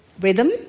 rhythm